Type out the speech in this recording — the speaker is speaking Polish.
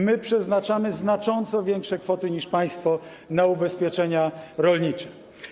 My przeznaczamy znacząco większe kwoty niż państwo na ubezpieczenia rolnicze.